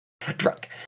Drunk